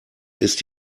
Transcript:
ist